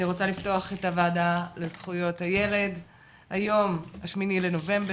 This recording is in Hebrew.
אני רוצה לפתוח את הוועדה לזכויות הילד היום 8.11.2021,